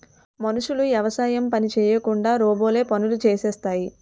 మనుషులు యవసాయం పని చేయకుండా రోబోలే పనులు చేసేస్తాయి